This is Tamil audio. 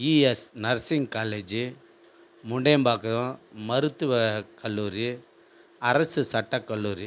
இஎஸ் நர்சிங் காலேஜ்ஜி முண்டயம்பாக்கோம் மருத்துவ கல்லூரி அரசு சட்ட கல்லூரி